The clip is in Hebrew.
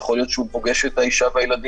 יכול להיות שהוא פוגש את האישה והילדים